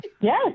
Yes